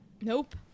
Nope